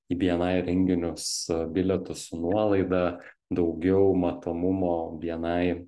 į bni renginius bilietus su nuolaida daugiau matomumo bni